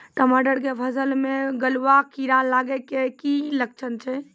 टमाटर के फसल मे गलुआ कीड़ा लगे के की लक्छण छै